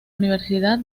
universidad